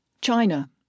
China